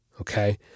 okay